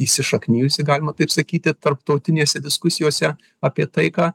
įsišaknijusi galima taip sakyti tarptautinėse diskusijose apie taiką